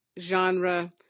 genre